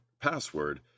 Password